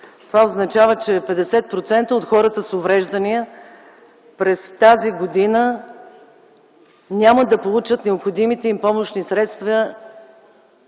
Това означава, че 50% от хората с увреждания през тази година няма да получат необходимите им помощни средства,